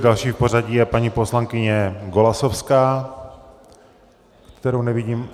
Další v pořadí je paní poslankyně Golasowská, kterou nevidím.